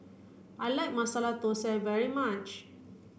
I like Masala Thosai very much